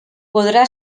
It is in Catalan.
podrà